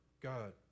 God